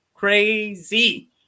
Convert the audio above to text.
crazy